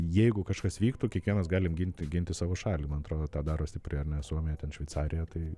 jeigu kažkas vyktų kiekvienas galim ginti ginti savo šalį man atrodo na tą daro stipriai ar ne suomija ten šveicarija tai